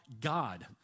God